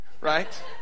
right